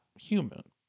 human